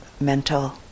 mental